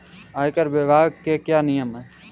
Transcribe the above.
आयकर विभाग के क्या नियम हैं?